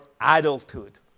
adulthood